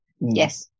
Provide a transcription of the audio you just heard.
yes